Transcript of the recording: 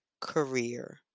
career